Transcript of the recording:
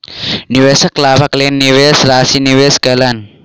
निवेशक लाभक लेल निवेश राशि निवेश कयलैन